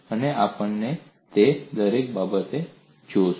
અને આપણે તે દરેક બાબતને જોશું